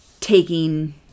taking